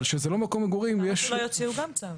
אבל כשזה לא מקום מגורים --- למה שלא יוציאו גם צו?